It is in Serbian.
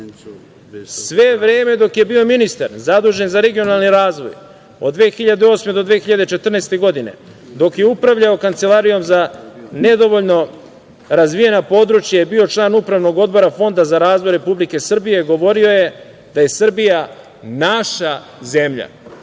vreme dok je bio ministar zadužen za regionalni razvoj, od 2008. do 2014. godine, dok je upravljao Kancelarijom za nedovoljno razvijena područja je bio član Upravnog odbora Fonda za razvoj Republike Srbije, govorio je da je Srbija naša zemlja. Ja